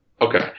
Okay